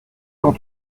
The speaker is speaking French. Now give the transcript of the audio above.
quand